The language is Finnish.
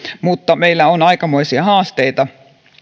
mutta meillä on aikamoisia haasteita